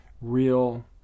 real